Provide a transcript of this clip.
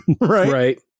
Right